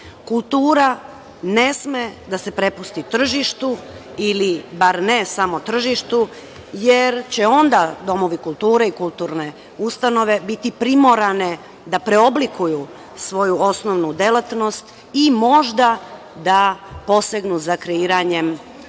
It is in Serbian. Srbije. Kultura ne sme da se prepusti tržištu ili bar ne samo tržištu, jer će onda domovi kulture i kulturne ustanove biti primorane da preoblikuju svoju osnovnu delatnost i možda da posegnu za kreiranjem